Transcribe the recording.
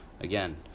Again